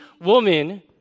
woman